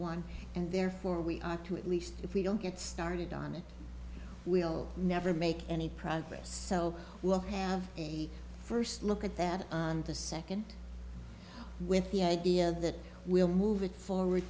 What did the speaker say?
one and therefore we are to at least if we don't get started on it we'll never make any progress so we'll have first look at that on the second with the idea that we're moving forward